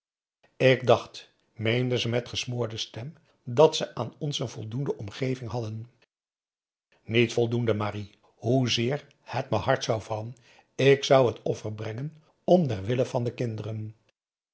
ik dacht meende ze met gesmoorde stem dat ze aan ons een voldoende omgeving hadden niet voldoende marie hoezeer het me hard zou vallen ik zou het offer brengen om der wille van de kinderen